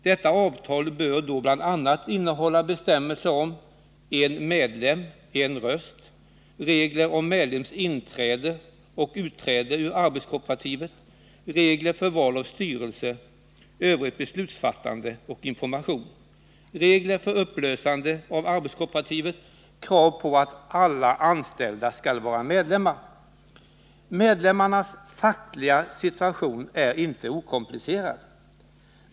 Detta avtal bör då innehålla bl.a. krav på att alla anställda skall vara medlemmar. Medlemmarnas fackliga situation är inte okomplicerad.